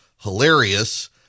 hilarious